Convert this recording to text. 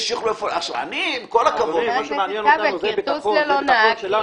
עם כל הכבוד --- מה שמעניין אותנו זה הביטחון שלנו.